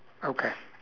okay